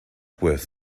worth